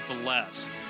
bless